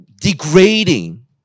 degrading